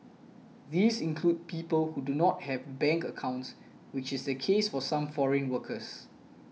these include people who do not have bank accounts which is the case for some foreign workers